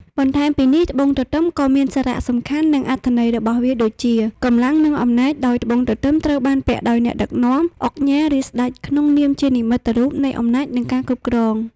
បន្ថែមពីនេះត្បូងទទឹមក៏មានសារសំខាន់និងអត្ថន័យរបស់វាដូចជា កម្លាំង និងអំណាចដោយត្បូងទទឹមត្រូវបានពាក់ដោយអ្នកដឹកនាំ ឧកញ៉ា ឬស្តេច ក្នុងនាមជានិមិត្តរូបនៃអំណាចនិងការគ្រប់គ្រង។